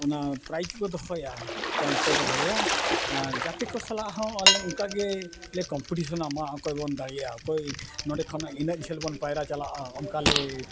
ᱚᱱᱟ ᱯᱨᱟᱭᱤᱡᱽ ᱠᱚ ᱫᱚᱦᱚᱭᱟ ᱯᱨᱟᱭᱤᱡᱽ ᱠᱚ ᱫᱚᱦᱚᱭᱟ ᱟᱨ ᱜᱟᱛᱮ ᱠᱚ ᱥᱟᱞᱟᱜ ᱦᱚᱸ ᱟᱞᱮ ᱚᱱᱠᱟ ᱜᱮᱞᱮ ᱠᱚᱢᱯᱤᱴᱤᱥᱚᱱᱟ ᱢᱟ ᱚᱠᱚᱭ ᱵᱚᱱ ᱫᱟᱲᱮᱭᱟᱜᱼᱟ ᱚᱠᱚᱭ ᱱᱚᱰᱮ ᱠᱷᱚᱱ ᱤᱱᱟᱹᱜ ᱡᱷᱟᱹᱞ ᱵᱚᱱ ᱯᱟᱭᱨᱟ ᱪᱟᱞᱟᱜᱼᱟ ᱚᱱᱠᱟ ᱞᱮ